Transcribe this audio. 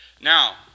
Now